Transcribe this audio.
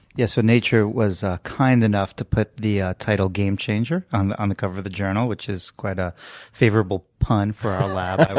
yeah so nature was kind enough to put the title game changer on on the cover of the journal, which is quite a favorable pun for our lab,